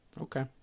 Okay